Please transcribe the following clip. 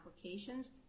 applications